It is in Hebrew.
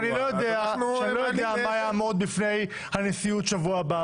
-- כשאני לא יודע מה יעמוד בפני הנשיאות בשבוע הבא,